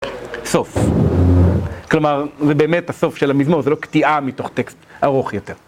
סוף, כלומר זה באמת הסוף של המזמור, זה לא קטיעה מתוך טקסט ארוך יותר.